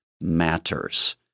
matters